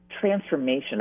transformation